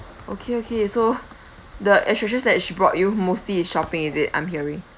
okay okay so the attractions that she brought you mostly is shopping is it I'm hearing